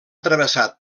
travessat